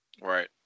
Right